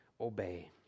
obey